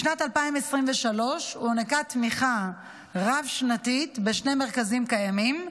בשנת 2023 הוענקה תמיכה רב-שנתית לשני מרכזים קיימים,